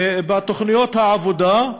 בתוכניות העבודה,